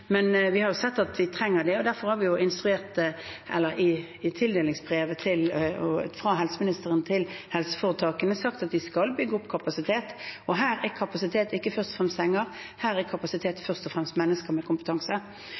Men vi har sett at vi trenger det, og derfor har vi i tildelingsbrevet fra helseministeren til helseforetakene sagt at de skal bygge opp kapasitet. Og her er kapasitet ikke først og fremst senger, her er kapasitet først og fremst mennesker med kompetanse.